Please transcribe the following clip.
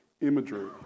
imagery